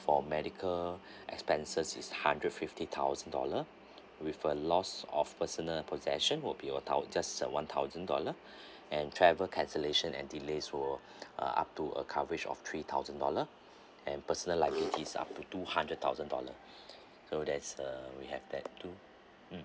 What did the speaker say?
for medical expenses is hundred fifty thousand dollar with a lost of personal possession will be over thou~ just uh one thousand dollar and travel cancellation and delays will uh up to a coverage of three thousand dollar and personal liabilities are up to two hundred thousand dollar so that's uh we have that too mm